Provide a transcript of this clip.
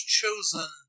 chosen